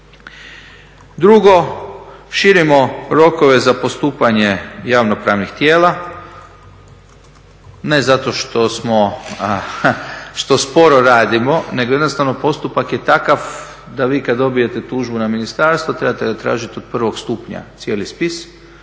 Drugo, širimo rokove za postupanje javnopravnih tijela, ne zato što smo, što sporo radimo nego jednostavno postupak je takav da vi kada dobijete tužbu na ministarstvo trebate zatražiti od prvog stupnja cijeli spis